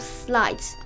slides